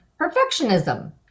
perfectionism